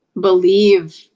believe